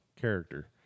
...character